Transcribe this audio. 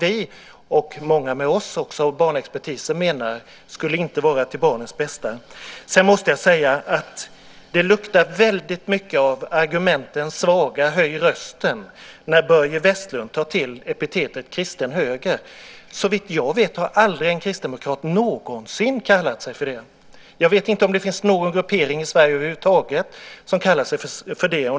Vi, många med oss och barnexpertis anser att det inte skulle vara till barnens bästa. Det luktar väldigt mycket av detta med svaga argument, höj rösten när Börje Vestlund tar till epitetet kristen höger. Såvitt jag vet har en kristdemokrat aldrig någonsin kallat sig för det. Jag vet inte om det finns någon gruppering i Sverige över huvud taget som kallar sig för detta.